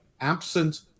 absent